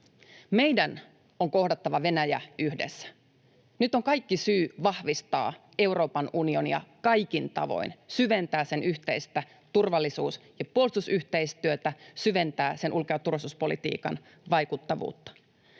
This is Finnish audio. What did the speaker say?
Meidän on kohdattava Venäjä yhdessä. Nyt on kaikki syy vahvistaa Euroopan unionia kaikin tavoin, syventää sen yhteistä turvallisuus- ja puolustusyhteistyötä, syventää sen ulko- ja turvallisuuspolitiikan vaikuttavuutta.